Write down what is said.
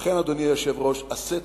לכן, אדוני היושב-ראש, עשה טובה: